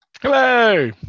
Hello